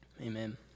Amen